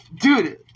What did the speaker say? Dude